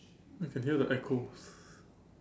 I can hear the echo